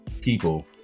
people